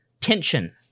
tension